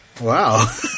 Wow